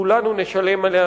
כולנו נשלם עליה,